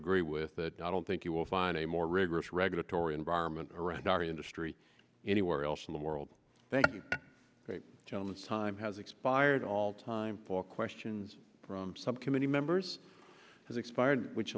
agree with that i don't think you will find a more rigorous regulatory environment around our industry anywhere else in the world thank you gentleman's time has expired all time for questions from some committee members has expired which